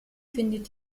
findet